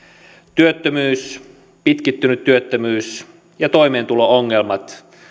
työttömyys pitkittynyt työttömyys ja toimeentulo ongelmat